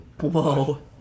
Whoa